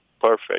perfect